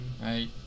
Right